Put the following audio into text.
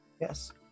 Yes